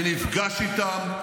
אני נפגש איתם,